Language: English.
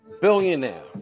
billionaire